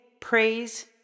praise